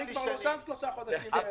אני לא שם כבר שלושה חודשים.